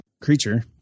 creature